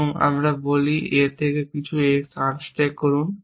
এবং আমরা বলি A থেকে x কিছু আনস্ট্যাক করুন